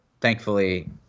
thankfully